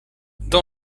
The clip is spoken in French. dans